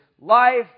life